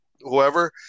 whoever